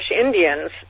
Indians